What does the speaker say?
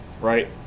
right